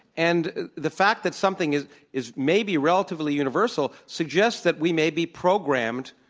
and the fact that something is is maybe relatively universal suggests that we may be programmed